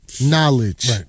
Knowledge